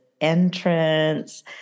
entrance